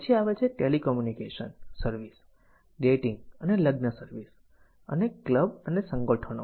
પછી આવે છે ટેલિકમ્યુનિકેશન સર્વિસ ડેટિંગ અને લગ્ન સર્વિસ અને ક્લબ અને સંગઠનો